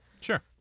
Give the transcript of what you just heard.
Sure